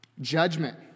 Judgment